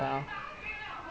both the spiderman ah